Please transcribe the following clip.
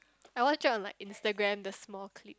I watch it on like Instagram the small clip